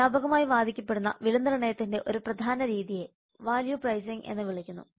വ്യാപകമായി വാദിക്കപ്പെടുന്ന വിലനിർണ്ണയത്തിന്റെ ഒരു പ്രധാന രീതിയെ വാല്യൂ പ്രൈസിംഗ് എന്ന് വിളിക്കുന്നു